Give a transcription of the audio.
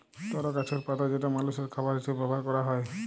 তর গাছের পাতা যেটা মালষের খাবার হিসেবে ব্যবহার ক্যরা হ্যয়